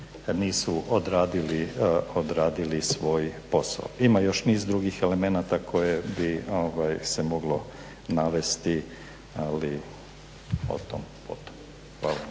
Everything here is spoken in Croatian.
nisu odradili svoj posao. Ima još niz drugih elemenata koje bi se moglo navesti ali otom potom. Hvala